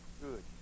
good